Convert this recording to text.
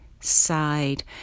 side